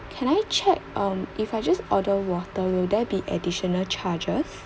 can I check um if I just order water will there be additional charges